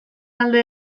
alde